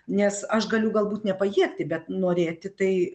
nes aš galiu galbūt nepajėgti bet norėti tai